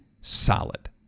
solid